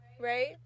right